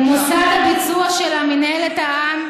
" ומוסד הביצוע שלה, מינהלת העם,